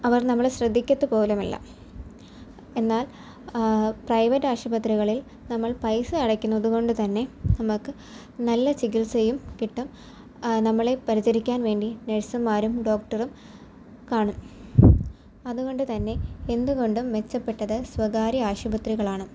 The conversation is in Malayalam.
അവർ നമ്മളെ ശ്രദ്ധിക്കത്തു പോലുമില്ല എന്നാൽ പ്രൈവറ്റ് ആശുപത്രികളിൽ നമ്മൾ പൈസ അടക്കുന്നതു കൊണ്ടു തന്നെ നമുക്ക് നല്ല ചികിത്സയും കിട്ടും നമ്മളെ പരിചരിക്കാൻ വേണ്ടി നെഴ്സുമ്മാരും ഡോക്ടറും കാണും അതുകൊണ്ടു തന്നെ എന്തുകൊണ്ടും മെച്ചപ്പെട്ടത് സ്വകാര്യ ആശുപത്രികളാണ്